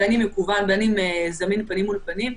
בין אם מקוון ובין אם זמין פנים אל פנים,